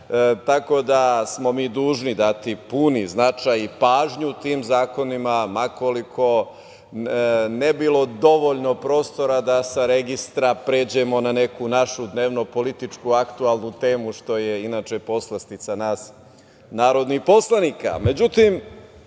tako da smo mi dužni dati puni značaj i pažnju tim zakonima, ma koliko ne bilo dovoljno prostora da sa registra pređemo na neku našu dnevno-političku aktualnu temu, što je inače poslastica nas narodnih poslanika.Međutim,